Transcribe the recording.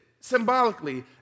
symbolically